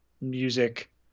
music